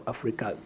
Africa